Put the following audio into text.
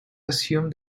assumed